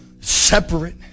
separate